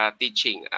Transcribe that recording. teaching